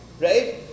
Right